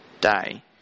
day